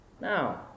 Now